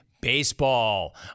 baseball